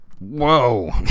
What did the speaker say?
Whoa